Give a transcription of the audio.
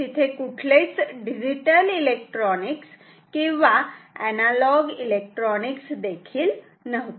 तिथे कुठलेच digital electronics किंवा अनालोग इलेक्ट्रॉनिक्स देखील नव्हते